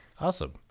Awesome